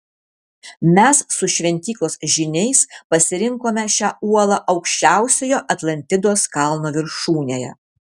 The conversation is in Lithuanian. mes su šventyklos žyniais pasirinkome šią uolą aukščiausiojo atlantidos kalno viršūnėje